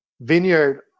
vineyard